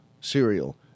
cereal